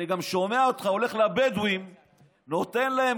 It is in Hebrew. אני גם שומע אותך הולך לבדואים ונותן להם